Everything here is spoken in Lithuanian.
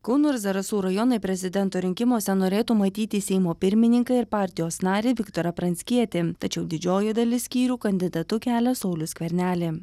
kauno ir zarasų rajonai prezidento rinkimuose norėtų matyti seimo pirmininką ir partijos narį viktorą pranckietį tačiau didžioji dalis skyrių kandidatu kelia saulių skvernelį